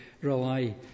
rely